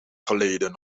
geleden